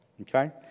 Okay